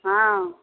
हँ